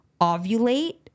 ovulate